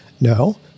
No